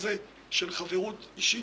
הוא היה מקבל תשובה באיזה תנאים כן,